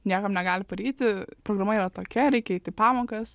niekam negali paryti programa yra tokia reikia eit į pamokas